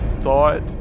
thought